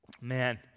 man